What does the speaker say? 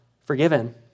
forgiven